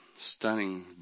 stunning